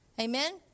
Amen